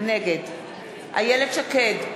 נגד איילת שקד,